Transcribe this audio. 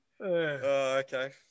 Okay